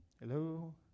hello